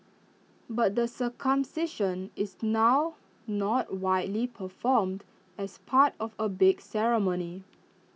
but the circumcision is now not widely performed as part of A big ceremony